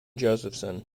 josephson